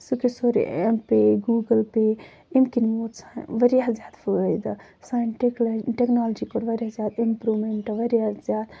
سُہ گژھِ سورُے ایٚم پَے گوٗگُل پَے اَمہِ کِنۍ ووت سُہ واریاہ زیادٕ فٲیدٕ سانہِ ٹیٚکلا ٹیٚکنالجی کوٚر واریاہ زیادٕ اِمپروٗمیٚنٹ واریاہ زیادٕ